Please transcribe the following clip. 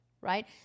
right